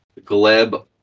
Gleb